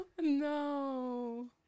No